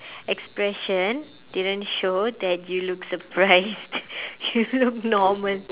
expression didn't show that you looked surprised you look normal